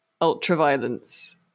ultra-violence